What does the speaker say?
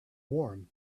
warm